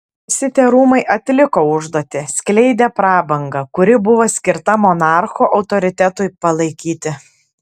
visi tie rūmai atliko užduotį skleidė prabangą kuri buvo skirta monarcho autoritetui palaikyti